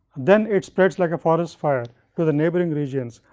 then it spreads like a forest fire to the neighbouring regions,